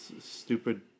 stupid